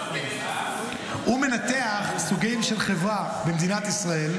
הוא מנתח סוגים של חברה במדינת ישראל,